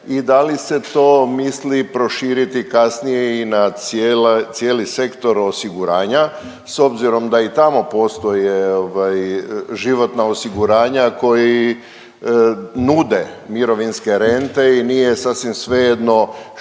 i da li se to misli proširiti kasnije i na cijeli sektor osiguranja s obzirom da i tamo postoje ovaj životna osiguranja koji nude mirovinske rente i nije sasvim svejedno što